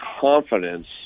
confidence